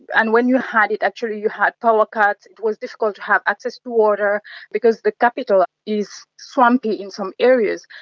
and when you had it actually you had power cuts, it was difficult to have access to water because the capital is swampy in some areas.